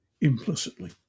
implicitly